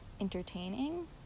entertaining